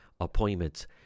appointments